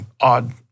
odd